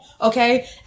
okay